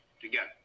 together